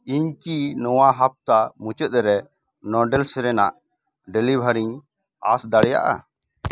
ᱤᱧ ᱠᱤ ᱱᱚᱣᱟ ᱦᱟᱯᱛᱟ ᱢᱩᱪᱟᱹᱫ ᱨᱮ ᱱᱚᱰᱮᱥ ᱨᱮᱱᱟᱜ ᱰᱮᱞᱤᱵᱷᱟᱨᱤᱧ ᱟᱸᱥ ᱫᱟᱲᱮᱭᱟᱜᱼᱟ